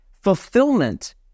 fulfillment